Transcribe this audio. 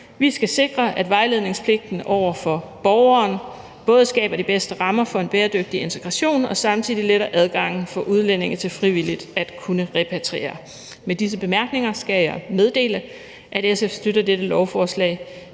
Vi skal sikre, at vejledningspligten over for borgeren både skaber de bedste rammer for en bæredygtig integration og samtidig letter adgangen for udlændinge til frivilligt at kunne repatriere. Med disse bemærkninger skal jeg meddele, at SF støtter dette lovforslag,